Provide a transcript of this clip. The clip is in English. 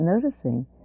noticing